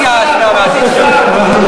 התייאשת מהתקשורת.